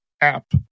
app